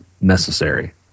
necessary